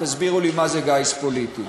תסבירו לי מה זה גיס פוליטי.